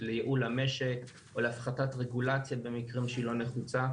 לייעול המשק או להפחתת רגולציה במקרים שהיא לא נחוצה,